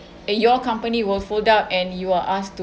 uh your company will fold up and you are asked to